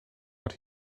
what